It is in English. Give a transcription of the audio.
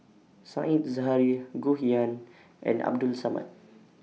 Said Zahari Goh Yihan and Abdul Samad